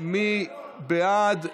מי בעד?